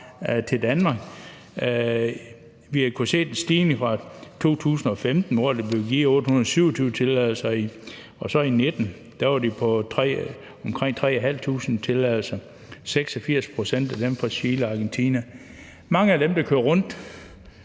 til Danmark. Vi har kunnet se en stigning siden 2015, hvor der blev givet 827 tilladelser, og i 2019 var det omkring 3.500 tilladelser. 86 pct. af dem er fra Chile og Argentina. Mange af dem, der kører rundt